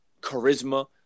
charisma